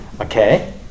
Okay